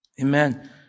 Amen